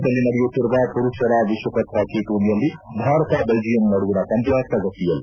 ಭುವನೇತ್ವರದಲ್ಲಿ ನಡೆಯುತ್ತಿರುವ ಪುರುಷರ ವಿಶ್ವಕಪ್ ಹಾಕಿ ಟೂರ್ನಿಯಲ್ಲಿ ಭಾರತ ದೆಲ್ಲಿಯಂ ನಡುವಿನ ಪಂದ್ಯ ಪ್ರಗತಿಯಲ್ಲಿ